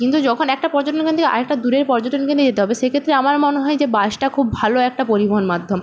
কিন্তু যখন একটা পর্যটন কেন্দ্র থেকে আর একটা দূরের পর্যটন কেন্দ্রে যেতে হবে সেক্ষেত্রে আমার মনে হয় যে বাসটা খুব ভালো একটা পরিবহন মাধ্যম